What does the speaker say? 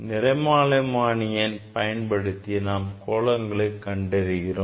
நிறமாலைமானியை பயன்படுத்தி நாம் கோணங்களை கண்டறிகிறோம்